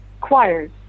choirs